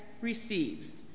receives